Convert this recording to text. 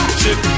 chip